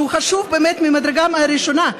שהוא חשוב באמת מהמדרגה הראשונה?